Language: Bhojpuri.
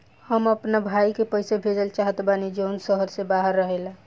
हम अपना भाई के पइसा भेजल चाहत बानी जउन शहर से बाहर रहेला